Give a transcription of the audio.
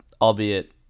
albeit